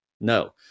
No